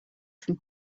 from